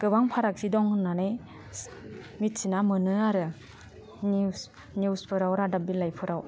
गोबां फारागथि दं होन्नानै मिथिना मोनो आरो निउस निउसफोराव रादाब बिलाइफोराव